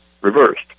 reversed